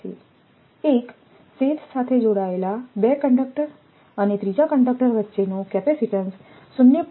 1 શેથ સાથે જોડાયેલા 2 કંડક્ટર અને ત્રીજા કંડક્ટર વચ્ચેનો કેપેસિટીન્સ 0